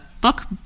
book